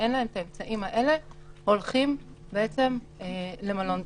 שאין להם את האמצעים שהזכרתי, הולכים למלון בידוד.